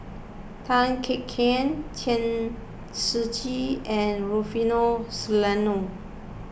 Tan Kek Hiang Chen Shiji and Rufino Soliano